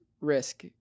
risk